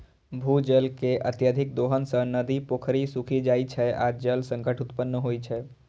भूजल के अत्यधिक दोहन सं नदी, पोखरि सूखि जाइ छै आ जल संकट उत्पन्न होइ छै